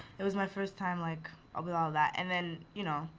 it was my first time, like, ah with all that. and then you know,